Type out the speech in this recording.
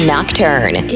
Nocturne